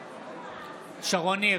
בעד שרון ניר,